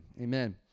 Amen